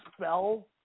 spell